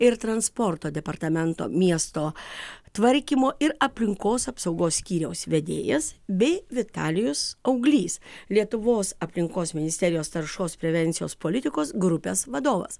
ir transporto departamento miesto tvarkymo ir aplinkos apsaugos skyriaus vedėjas bei vitalijus auglys lietuvos aplinkos ministerijos taršos prevencijos politikos grupės vadovas